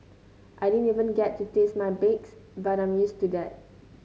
I didn't even get to taste my bakes but I'm used to that